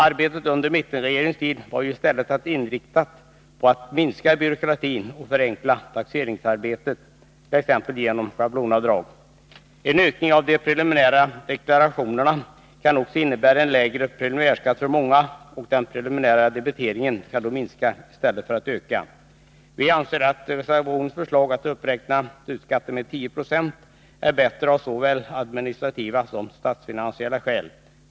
Arbetet under mittenregeringens tid var ju i stället inriktat på att minska byråkratin och att förenkla taxeringsarbetet, t.ex. genom schablonavdrag. En ökning när det gäller de preliminära deklarationerna kan också innebära en lägre preliminärskatt för många, och den preliminära debiteringen kan då minska i stället för att öka. Vi anser att reservationens förslag om att uppräkna slutskatten med 10 92 är bättre av såväl administrativa som statsfinansiella skäl.